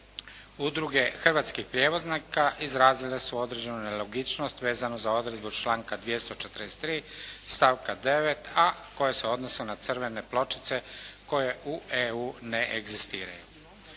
Udruge hrvatskih prijevoznika izrazile su određenu nelogičnost vezanu za odredbu članka 243. stavka 9., a koje se odnose na crvene pločice koje u EU ne egzistiraju.